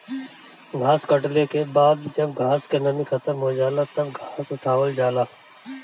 घास कटले के बाद जब घास क नमी खतम हो जाला तब घास उठावल जाला